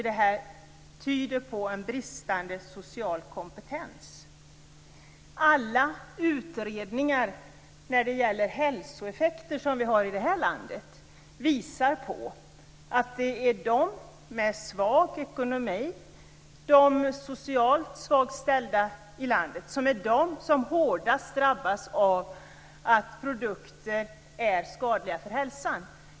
Det tyder på en bristande social kompetens att föreslå en sådan sak. Alla utredningar i det här landet om hälsoeffekter visar att det är de som har svag ekonomi och svag social ställning som i dag hårdast drabbas av att produkter är skadliga för hälsan.